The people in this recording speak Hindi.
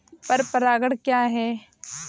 पर परागण क्या है?